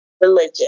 Religion